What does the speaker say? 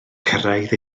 cyrraedd